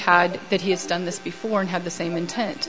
had that he has done this before and had the same intent